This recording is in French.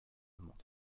monde